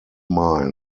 mine